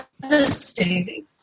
devastating